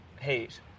Hate